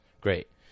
great